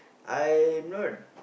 I'm not